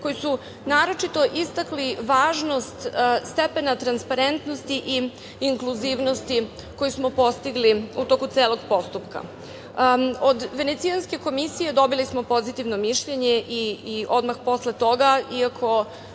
koji su naročito istakli važnost stepena transparentnosti i inkluzivnosti koji smo postigli u toku celog postupka. Od Venecijanske komisije dobili smo pozitivno mišljenje odmah posle toga.